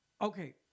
Okay